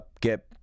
get